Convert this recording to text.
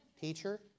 Teacher